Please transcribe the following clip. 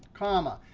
comma.